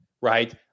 Right